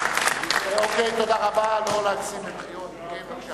אוקיי, תודה רבה, לא להגזים במחיאות כפיים.